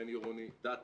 עירוני, בין עירוני, דאטה.